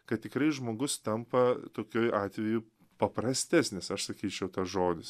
kad tikrai žmogus tampa tokioj atveju paprastesnis aš sakyčiau tas žodis